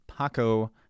Paco